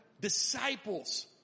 disciples